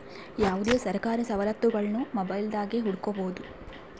ಯಾವುದೇ ಸರ್ಕಾರಿ ಸವಲತ್ತುಗುಳ್ನ ಮೊಬೈಲ್ದಾಗೆ ಹುಡುಕಬೊದು